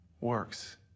works